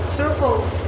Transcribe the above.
circles